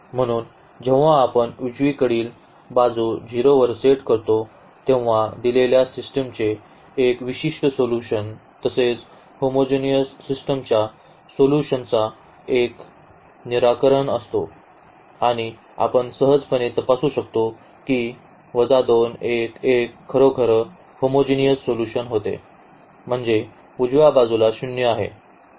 म्हणून जेव्हा आपण उजवीकडील बाजू 0 वर सेट करतो तेव्हा दिलेल्या सिस्टमचे एक विशिष्ट सोल्यूशन तसेच होमोजिनीअस सिस्टमच्या सोल्यूशनचा हा एक निराकरण असतो आणि आपण सहजपणे तपासू शकतो की ही खरोखर होमोजिनीअस सोल्यूशन होते म्हणजे उजव्या बाजूला 0 आहे